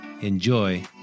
enjoy